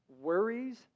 Worries